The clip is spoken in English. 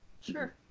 Sure